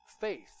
faith